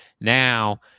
Now